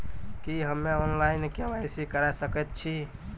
की हम्मे online, KYC करा सकैत छी?